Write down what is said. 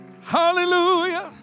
Hallelujah